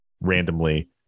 randomly